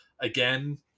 again